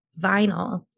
vinyl